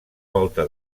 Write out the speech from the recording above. volta